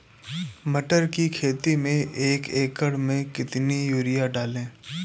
मटर की खेती में एक एकड़ में कितनी यूरिया डालें?